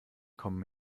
kommen